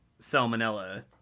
salmonella